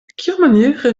kiamaniere